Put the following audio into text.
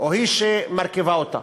או היא שמרכיבה אותה,